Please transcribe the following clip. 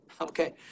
Okay